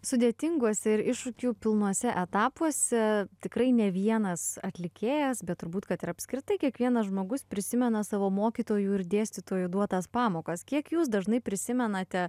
sudėtinguose ir iššūkių pilnuose etapuose tikrai ne vienas atlikėjas bet turbūt kad ir apskritai kiekvienas žmogus prisimena savo mokytojų ir dėstytojų duotas pamokas kiek jūs dažnai prisimenate